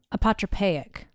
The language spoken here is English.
Apotropaic